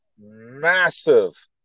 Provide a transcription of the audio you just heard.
massive